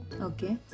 Okay